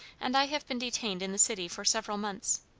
and i have been detained in the city for several months.